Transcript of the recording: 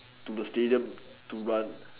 to the stadium to run